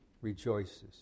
rejoices